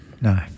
no